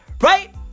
Right